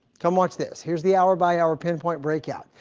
come watch this. here's the hour-by-hour pinpoint breakout.